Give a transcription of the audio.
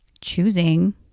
choosing